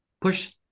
push